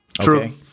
True